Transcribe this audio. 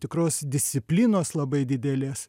tikros disciplinos labai didelės